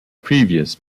previous